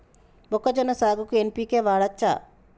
మొక్కజొన్న సాగుకు ఎన్.పి.కే వాడచ్చా?